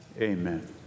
amen